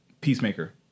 Peacemaker